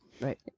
right